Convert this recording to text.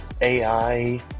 AI